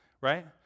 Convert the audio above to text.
right